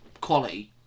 quality